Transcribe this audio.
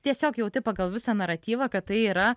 tiesiog jauti pagal visą naratyvą kad tai yra